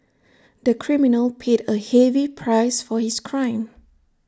the criminal paid A heavy price for his crime